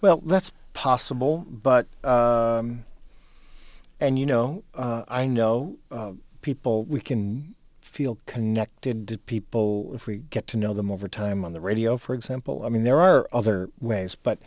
well that's possible but and you know i know people we can feel connected people if we get to know them over time on the radio for example i mean there are other ways but